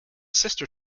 sister